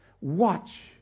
Watch